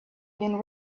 been